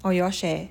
or you all share